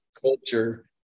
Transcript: culture